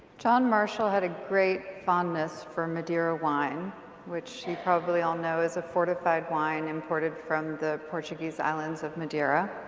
john marshall had a great fondness for madeira wine which we probably all know is fortified wine imported from the portuguese islands of madeira.